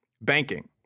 Banking